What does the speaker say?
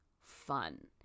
fun